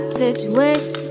situation